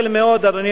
אדוני היושב-ראש,